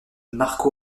marco